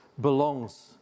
belongs